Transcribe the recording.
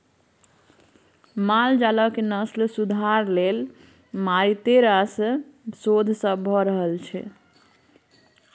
माल जालक नस्ल सुधार लेल मारिते रास शोध सब भ रहल छै